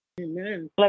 Amen